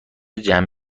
جمع